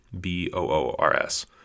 B-O-O-R-S